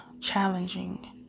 challenging